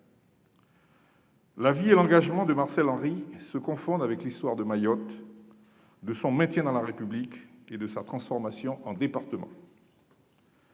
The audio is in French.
La vie et l'engagement de Marcel Henry se confondent avec l'histoire de Mayotte, de son maintien dans la République et de sa transformation en département.